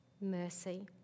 mercy